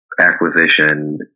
acquisition